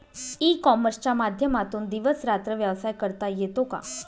E कॉमर्सच्या माध्यमातून दिवस रात्र व्यवसाय करता येतो का?